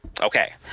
Okay